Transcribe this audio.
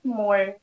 more